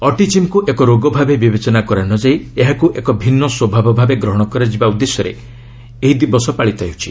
ଅଟିକିମ୍ବକ୍ ଏକ ରୋଗ ଭାବେ ବିବେଚନା କରା ନ ଯାଇ ଏହାକୁ ଏକ ଭିନ୍ନ ସ୍ୱଭାବ ଭାବେ ଗ୍ରହଣ କରାଯିବା ଉଦ୍ଦେଶ୍ୟରେ ଏହି ଦିବସ ପାଳିତ ହେଉଛି